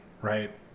right